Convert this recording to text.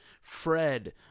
Fred